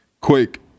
Quick